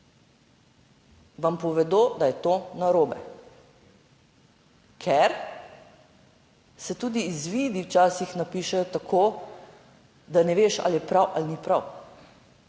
Vam povedo, da je to narobe. Ker se tudi izvidi včasih napišejo tako, da ne veš, ali je prav ali ni prav,